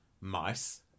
mice